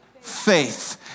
faith